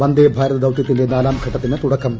വന്ദേ ഭാരത് ദൌതൃത്തിന്റെ നാലാംഘട്ടത്തിന് തുടക്കം